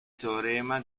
teorema